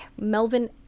Melvin